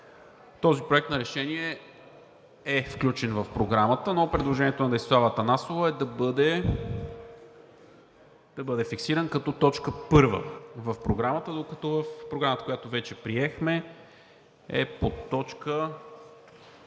Този проект на решение е включен в Програмата, но предложението на Десислава Атанасова е да бъде фиксиран като точка първа в Програмата, докато в Програмата, която вече приехме, е под точка